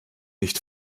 nicht